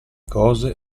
cose